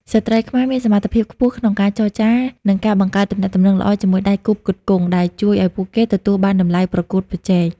ស្ត្រីខ្មែរមានសមត្ថភាពខ្ពស់ក្នុងការចរចា និងការបង្កើតទំនាក់ទំនងល្អជាមួយដៃគូផ្គត់ផ្គង់ ដែលជួយឱ្យពួកគេទទួលបានតម្លៃប្រកួតប្រជែង។